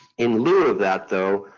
in lieu of that, though,